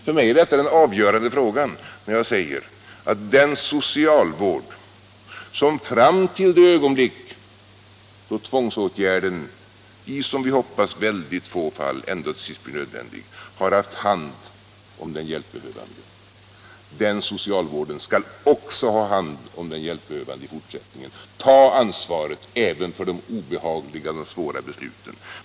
För mig är detta den avgörande frågan: den socialvård som fram till det ögonblick då tvångsåtgärder i som vi hoppas väldigt få fall ändå blir nödvändiga har haft hand om den hjälpbehövande, den skall också ha hand om den hjälpbehövande i fortsättningen och ta ansvaret även för de obehagliga och svåra besluten.